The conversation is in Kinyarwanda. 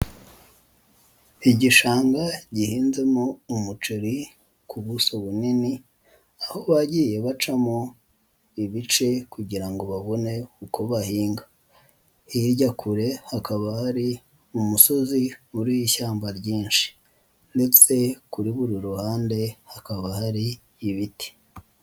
Igishanga gihinzemo umuceri ku buso bunini aho bagiye bacamo ibice kugira ngo babone uko bahinga, hirya kure hakaba hari umusozi uriho ishyamba ryinshi ndetse kuri buri ruhande hakaba hari ibiti.